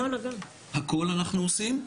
הכל אנחנו עושים.